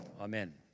Amen